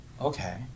okay